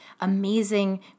amazing